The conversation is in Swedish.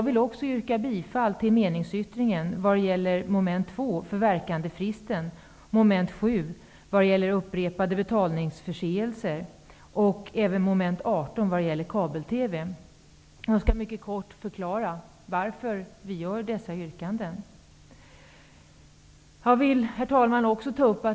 Vidare yrkar jag bifall till meningsyttringen vad gäller mom. 2 om förverkandefristen, mom. 7 om upprepade betalningsförseelser och mom. 18 om kabel-TV. Jag skall helt kort förklara varför vi har dessa yrkanden. Herr talman!